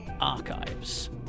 archives